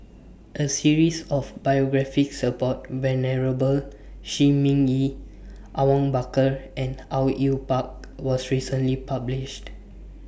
A series of biographies about Venerable Shi Ming Yi Awang Bakar and Au Yue Pak was recently published